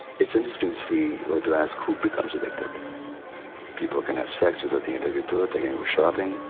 it's interesting to see, or to ask, who becomes addicted people can have sex without being addicted to it, they can go shopping,